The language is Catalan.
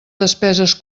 despeses